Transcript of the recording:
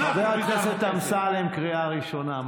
חבר הכנסת אמסלם, קריאה ראשונה.